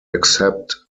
accept